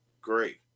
great